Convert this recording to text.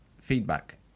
feedback